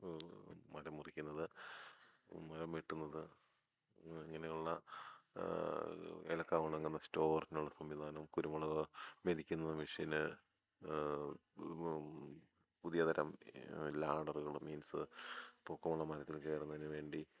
മരം മുറിക്കുന്നത് മരം വെട്ടുന്നത് ഇങ്ങനെയുള്ള ഏലയ്ക്ക ഉണങ്ങുന്ന സ്റ്റോറിനുള്ള സംവിധാനം കുരുമുളക് മെതിക്കുന്ന മെഷീന് ഇതിപ്പം പുതിയ തരം ലാഡറുകൾ മീൻസ് പൊക്കമുള്ള മരത്തിൽ കയറുന്നതിനുവേണ്ടി